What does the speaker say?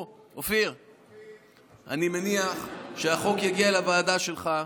אני מניח שהחוק יגיע לוועדה שלך,